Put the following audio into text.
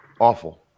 Awful